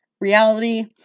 reality